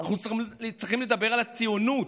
אנחנו צריכים לדבר על הציונות,